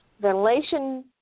Ventilation